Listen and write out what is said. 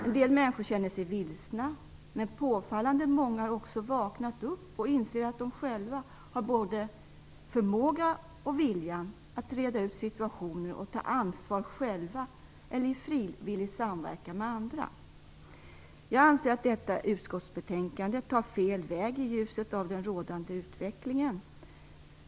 En del människor känner sig vilsna, men påfallande många har också vaknat upp och inser att de själva har både förmåga och vilja att reda ut situationer och ta ansvar själva eller i frivillig samverkan med andra. Jag anser att detta utskottsbetänkande tar fel väg i ljuset av den rådande utvecklingen.